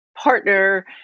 partner